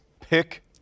Pick